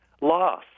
loss